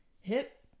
hip